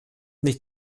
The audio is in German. nicht